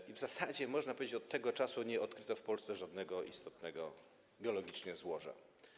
I w zasadzie, można powiedzieć, od tego czasu nie odkryto w Polsce żadnego istotnego geologicznie złoża.